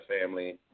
family